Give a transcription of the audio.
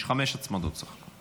יש חמש הצמדות בסך הכול.